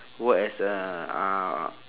work as a uh